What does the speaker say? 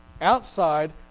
outside